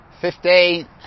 Fifteen